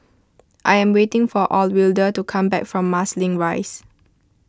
I am waiting for Alwilda to come back from Marsiling Rise